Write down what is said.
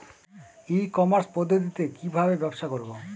ই commerce পদ্ধতিতে কি ভাবে ব্যবসা করব?